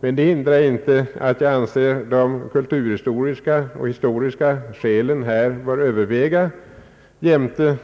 Men det hindrar inte att jag anser att de kulturhistoriska och historiska skälen här bör överväga jämte